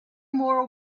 more